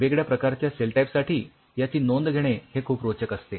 वेगवेगळ्या प्रकारच्या cell type साठी याची नोंद घेणे हे खूप रोचक असते